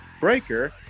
Breaker